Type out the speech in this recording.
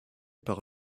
par